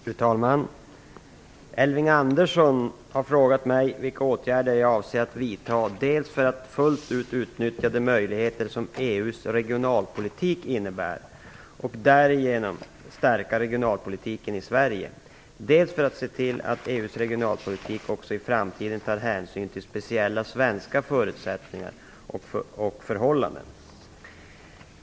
Fru talman! Elving Andersson har frågat mig vilka åtgärder jag avser att vidta dels för att fullt ut utnyttja de möjligheter som EU:s regionalpolitik innebär och därigenom stärka regionalpolitiken i Sverige, dels för att se till att EU:s regionalpolitik också i framtiden tar hänsyn till speciella svenska förutsättningar och förhållanden.